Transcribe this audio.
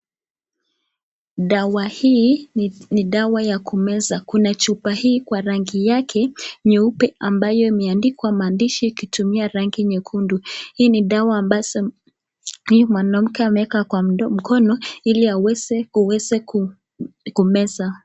Dawa hii ni dawa ya kumeza. Kuna chupa hii kwa rangi yake nyeupe ambayo imeandikwa maandishi kutumia rangi nyekundu. Hii ni dawa ambazo mwanamke ameweka kwa mkono ili aweze kuweza kumeza.